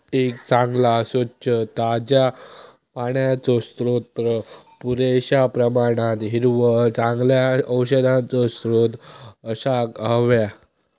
एक चांगला, स्वच्छ, ताज्या पाण्याचो स्त्रोत, पुरेश्या प्रमाणात हिरवळ, चांगल्या औषधांचो स्त्रोत असाक व्हया